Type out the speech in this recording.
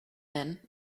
then